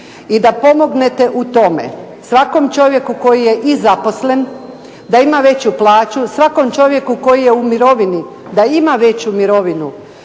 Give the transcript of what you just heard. i da pomognete u tome svakom čovjeku koji je i zaposlen, da ima veću plaću. Svakom čovjeku koji je u mirovini da ima veću mirovinu,